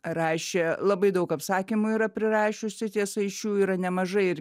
rašė labai daug apsakymų yra prirašiusi tiesa iš jų yra nemažai ir